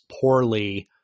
poorly